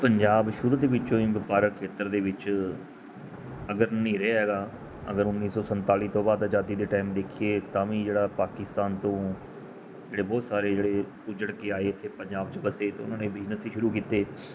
ਪੰਜਾਬ ਸ਼ੁਰੂ ਦੇ ਵਿੱਚੋਂ ਹੀ ਵਪਾਰਕ ਖੇਤਰ ਦੇ ਵਿੱਚ ਅਗਰ ਨਹੀਂ ਰਿਹਾ ਹੈਗਾ ਅਗਰ ਉੱਨੀ ਸੌ ਸੰਤਾਲੀ ਤੋਂ ਬਾਅਦ ਆਜ਼ਾਦੀ ਦੇ ਟਾਈਮ ਦੇਖੀਏ ਤਾਂ ਵੀ ਜਿਹੜਾ ਪਾਕਿਸਤਾਨ ਤੋਂ ਜਿਹੜੇ ਬਹੁਤ ਸਾਰੇ ਜਿਹੜੇ ਉੱਜੜ ਕੇ ਆਏ ਇੱਥੇ ਪੰਜਾਬ 'ਚ ਵਸੇ ਅਤੇ ਉਹਨਾਂ ਨੇ ਬਿਜਨਸ ਹੀ ਸ਼ੁਰੂ ਕੀਤੇ